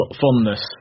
fondness